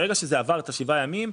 ברגע שזה עבר את השבעה הימים,